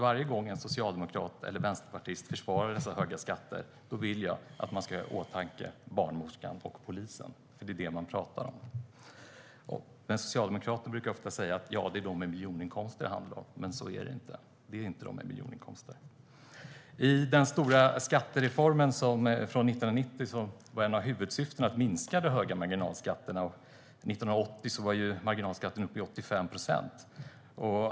Varje gång en socialdemokrat eller en vänsterpartist försvarar dessa höga skatter vill jag att man ska ha barnmorskan och polisen i åtanke, för det är dem vi talar om. Socialdemokrater brukar säga att det handlar om dem med miljoninkomster, men så är det inte. I den stora skattereformen från 1990 var ett av huvudsyftena att minska de höga marginalskatterna. År 1980 var marginalskatten uppe i 85 procent.